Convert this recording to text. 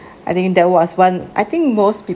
I think there was one I think most